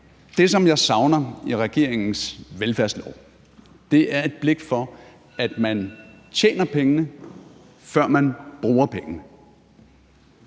det, som jeg savner i regeringens velfærdslov, er et blik for, at man tjener pengene, før man bruger pengene.